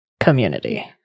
community